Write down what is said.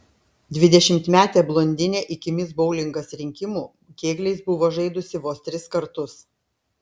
dvidešimtmetė blondinė iki mis boulingas rinkimų kėgliais buvo žaidusi vos tris kartus